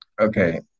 okay